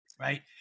right